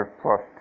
plus